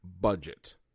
budget